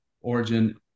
origin